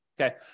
Okay